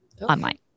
online